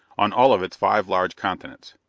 on all of its five large continents.